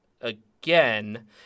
again